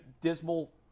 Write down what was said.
dismal